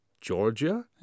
Georgia